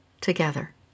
together